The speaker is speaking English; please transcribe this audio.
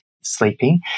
sleeping